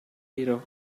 ирэв